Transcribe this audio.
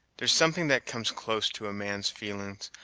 there's something that comes close to a man's feelin's,